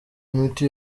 imiti